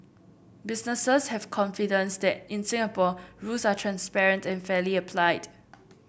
businesses have confidence that in Singapore rules are transparent and fairly applied